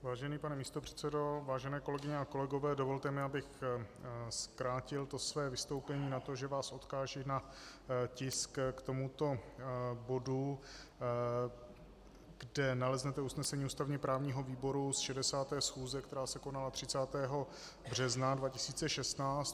Vážený pane místopředsedo, vážené kolegyně a kolegové, dovolte mi, abych zkrátil své vystoupení na to, že vás odkážu na tisk k tomuto bodu, kde naleznete usnesení ústavněprávního výboru z 60. schůze, která se konala 30. března 2016.